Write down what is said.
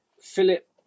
Philip